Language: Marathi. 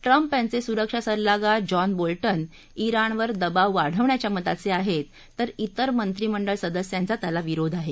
ट्रंप यांचे सुरक्षा सल्लागार जॉन बोल्टन िज्ञाणवर दबाव वाढवण्याच्या मताचे आहेत तर ित्र मंत्रिमंडळ सदस्यांचा त्याला विरोध आहे